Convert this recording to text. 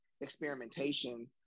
experimentation